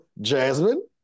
Jasmine